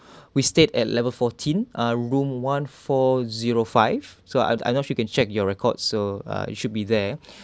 we so we stayed at level fourteen ah room one four zero five so I I not sure you can check your record so uh it should be there